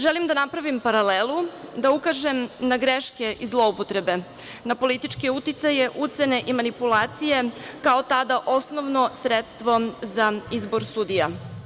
Želim da napravim paralelu i da ukažem na greške i zloupotrebe, na političke uticaje, ucene i manipulacije, kao tada osnovno sredstvo za izbor sudija.